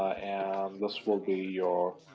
and this will be your